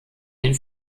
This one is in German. den